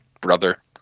brother